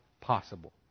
possible